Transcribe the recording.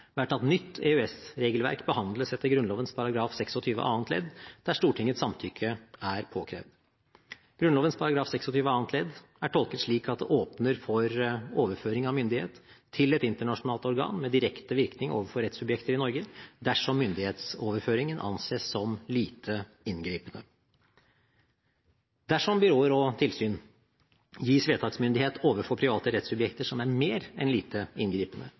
har praksis siden EØS-avtalen trådte i kraft, vært at nytt EØS-regelverk behandles etter Grunnloven § 26 annet ledd, der Stortingets samtykke er påkrevd. Grunnloven § 26 annet ledd er tolket slik at det åpner for overføring av myndighet til et internasjonalt organ med direkte virkning overfor rettssubjekter i Norge dersom myndighetsoverføringen anses som «lite inngripende». Dersom byråer og tilsyn gis vedtaksmyndighet overfor private rettssubjekter som er mer enn «lite inngripende»,